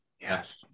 Yes